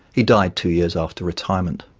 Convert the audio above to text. he died two years after retirement.